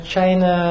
China